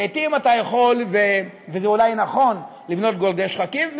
לעתים אתה יכול וזה אולי נכון לבנות גורדי-שחקים,